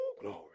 Glory